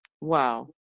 wow